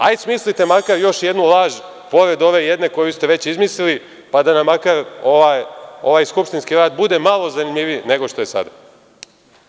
Hajde, smislite makar još jednu laž, pored ove jedne koju ste već izmislili, pa da nam makar ovaj skupštinski rad bude malo zanimljivi, nego što je sada.